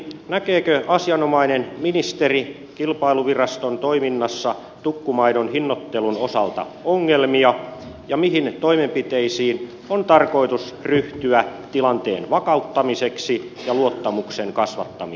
näkeekö asianomainen ministeri kilpailuviraston toiminnassa tukkumaidon hinnoittelun osalta ongelmia ja mihin toimenpiteisiin on tarkoitus ryhtyä tilanteen vakauttamiseksi ja luottamuksen kasvattamiseksi